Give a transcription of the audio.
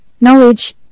knowledge